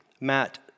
Matt